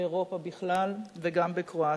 באירופה בכלל וגם בקרואטיה.